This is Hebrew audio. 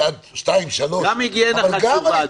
עד שתיים שלוש --- גם היגיינה חשובה,